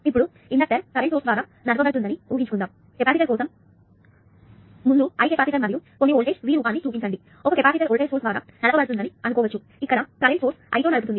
ఇప్పుడు inductor current source ద్వారా నడపబడుతుందని ఊహించుకుందాం కెపాసిటర్ కోసం ముందు I కెపాసిటర్ మరియు కొన్ని వోల్టేజ్ v రూపాన్ని చూపించండి ఒక కెపాసిటర్ వోల్టేజ్ సోర్స్ ద్వారా నడపబడుతుందని అనుకోవచ్చు ఇక్కడ కరెంట్ సోర్స్ I తో నడుపుతుంది